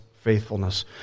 faithfulness